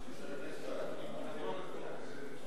להצבעה.